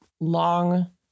long